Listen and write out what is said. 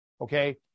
okay